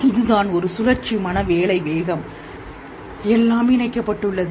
எனவே இதுதான் ஒரு சுழற்சி மன வேலை வேகம் எல்லாம் இணைக்கப்பட்டுள்ளது